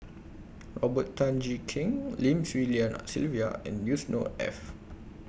Robert Tan Jee Keng Lim Swee Lian Sylvia and Yusnor Ef